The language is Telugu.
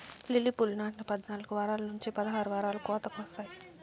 లిల్లీ పూలు నాటిన పద్నాలుకు వారాల నుంచి పదహారు వారాలకు కోతకు వస్తాయి